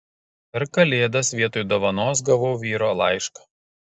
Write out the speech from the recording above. per kalėdas vietoj dovanos gavau vyro laišką